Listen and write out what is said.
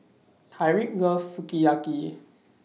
Tyreek loves Sukiyaki